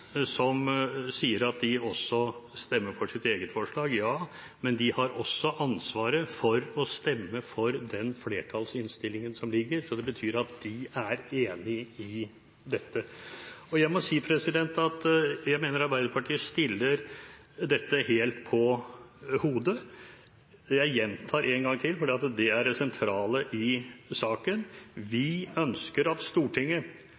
som sier at de også stemmer for sitt eget forslag. Men de har også ansvaret for å stemme for flertallsinnstillingen. Det betyr at de er enig i dette. Jeg mener at Arbeiderpartiet setter dette helt på hodet. Jeg gjentar én gang til, for dette er det sentrale i saken: Vi ønsker at Stortinget